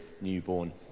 newborn